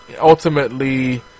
ultimately